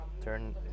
turn